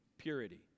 purity